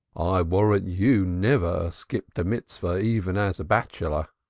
i warrant you never skipped a mitzvah even as a bachelor.